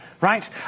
right